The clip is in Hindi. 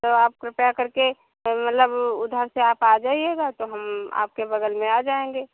तो आप कृपया कर के मतलब उधर से आप आ जाइएगा तो हम आपके बग़ल में आ जाएंगे